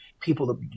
people